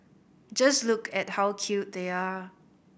just look at how cute they are